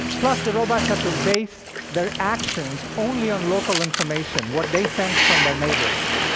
plus, the robots have to base their actions only on local information what they sense from their neighbors.